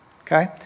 Okay